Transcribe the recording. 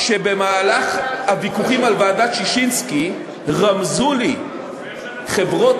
במהלך הוויכוחים על ועדת ששינסקי רמזו לי חברות